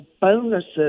bonuses